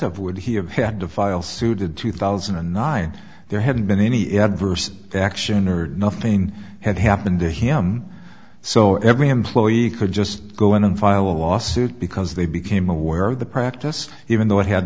had to file suit in two thousand and nine there hadn't been any adverse action or nothing had happened to him so every employee could just go in and file a lawsuit because they became aware of the practice even though it had